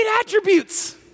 attributes